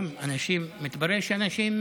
גם אנשים, מתברר שאנשים,